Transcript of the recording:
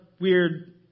weird